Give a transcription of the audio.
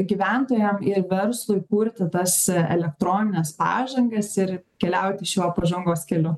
gyventojam ir verslui kurti tas elektronines pažangas ir keliauti šiuo pažangos keliu